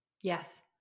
Yes